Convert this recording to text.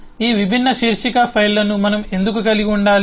ఈ విభిన్న శీర్షిక ఫైళ్ళను మనం ఎందుకు కలిగి ఉండాలి